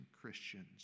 Christians